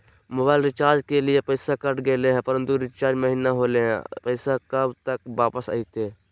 Mobile recharge के लिए पैसा कट गेलैय परंतु रिचार्ज महिना होलैय, पैसा कब तक वापस आयते?